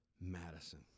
Madison